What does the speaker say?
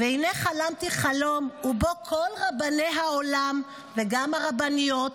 "והינה חלמתי חלום ובו כל רבני העולם וגם הרבניות,